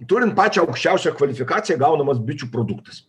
turint pačią aukščiausią kvalifikaciją gaunamas bičių produktas